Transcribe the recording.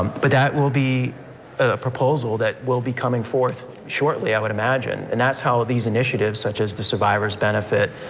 um but that will be a proposal that will be coming forth shortly i would imagine, and that's how these initiatives such as the survivors benefit,